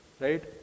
right